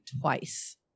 twice